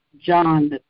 John